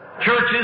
Churches